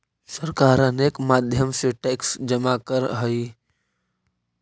सरकार अनेक माध्यम से टैक्स जमा करऽ हई